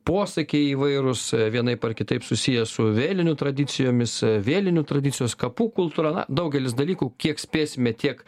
posakiai įvairūs vienaip ar kitaip susiję su vėlinių tradicijomis vėlinių tradicijos kapų kultūra na daugelis dalykų kiek spėsime tiek